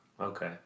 Okay